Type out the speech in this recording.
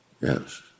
Yes